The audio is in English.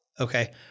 Okay